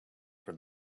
for